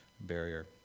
barrier